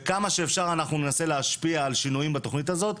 וכמה שאפשר אנחנו ננסה להשפיע על שינויים בתכנית הזאת.